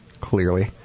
clearly